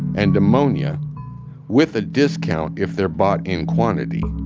and ammonia with a discount if they're bought in quantity.